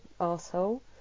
asshole